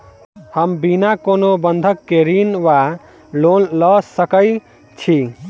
हम बिना कोनो बंधक केँ ऋण वा लोन लऽ सकै छी?